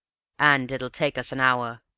and it'll take us an hour.